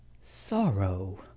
sorrow